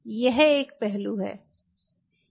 यह एक पहलू है